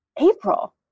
April